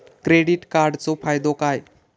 Credit कार्डाचो फायदो काय?